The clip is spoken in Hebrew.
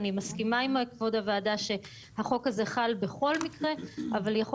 אני מסכימה עם כבוד הוועדה שהחוק הזה חל בכל מקרה אבל יכול